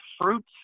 fruits